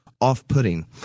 off-putting